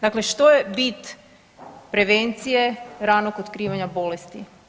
Dakle, što je bit prevencije, ranog otkrivanja bolesti?